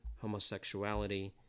Homosexuality